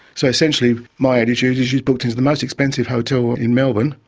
so essentially my attitude is she booked into the most expensive hotel in melbourne,